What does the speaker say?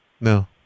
No